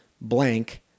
blank